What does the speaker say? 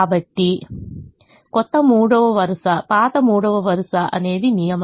కాబట్టి కొత్త మూడవ వరుస పాత మూడవ వరుస అనేది నియమం